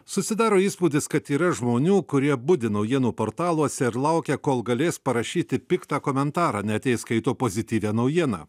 susidaro įspūdis kad yra žmonių kurie budi naujienų portaluose ir laukia kol galės parašyti piktą komentarą net jei skaito pozityvią naujieną